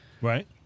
Right